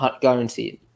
Guaranteed